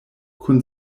kun